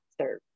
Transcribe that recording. serve